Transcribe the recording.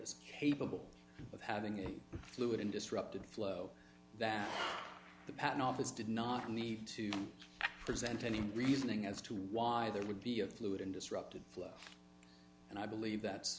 is capable of having a fluid in disrupted flow that the patent office did not need to present any reasoning as to why there would be a fluid and disrupted flow and i believe that's